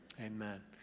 Amen